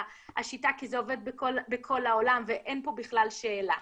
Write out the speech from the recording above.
השיטה כי היא עובדת בכל העולם ואין פה בכלל שאלה.